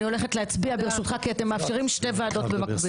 אני הולכת להצביע ברשותך כי אתם מאפשרים שתי ועדות במקביל.